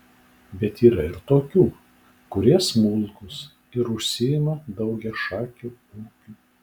bet yra ir tokių kurie smulkūs ir užsiima daugiašakiu ūkiu